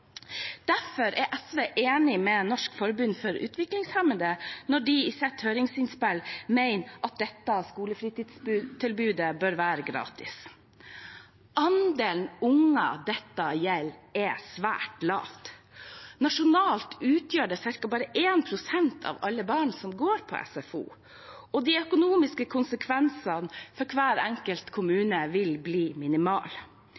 Derfor er SV enig med Norsk forbund for utviklingshemmede når de i sitt høringsinnspill mener at dette skolefritidstilbudet bør være gratis. Andelen barn det gjelder, er svært lav. Nasjonalt utgjør dette ca. 1 pst. av alle barn som går på SFO, og de økonomiske konsekvensene for hver enkelt